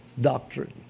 doctrine